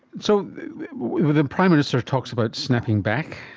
so the prime minister talks about snapping back.